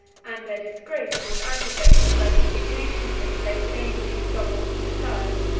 and their disgrace was aggravated by the indignation which they vainly struggled to disguise.